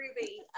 Ruby